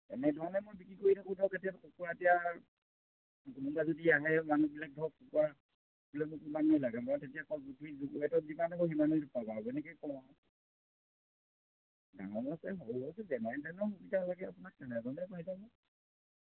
এনেধৰণে মই বিক্ৰী কৰি থাকোঁ ধৰক এতিয়া কুকুৰা এতিয়া কোনোবা যদি আহে মানুহবিলাক ধৰক কুকুৰা লাগে ইমান লাগে মই তেতিয়া কওঁ যে জোখি যিমানেই হ'ব সিমানেই পাব আৰু এনেকৈ কওঁ আৰু ডাঙৰো আছে সৰুও আছে যেনেধৰণৰ লাগে আপোনাক তেনেধৰণে পাই যাব